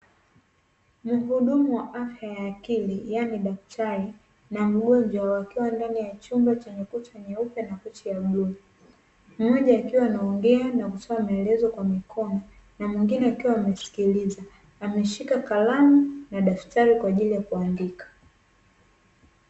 Mhudumu wa afya ya akili yaani daktari na mgonjwa wakiwa ndani ya chumba chenye kuta nyeupe na makochi ya bluu. Mmoja akiwa anaongea na kutoa maelezo kwa mikono mwingine akiwa anasikiliza ameshika kalamu na daftari kwa ajili ya kuandika.